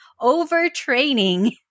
overtraining